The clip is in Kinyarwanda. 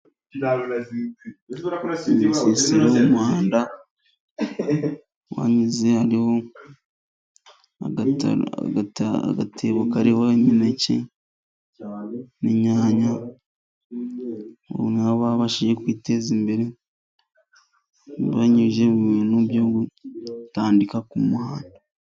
Umusisiro w'umuhanda wanize hariho agatebo kariho imineke n'inyanya, baba babashije kwiteza imbere banyujije mu bintu byo gutandika ku muhanda.